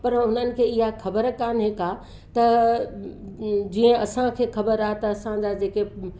पर उन्हनि खे ईअं ख़बर काने का त जीअं असांखे ख़बर आ्हे त असांजा जेके